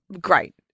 great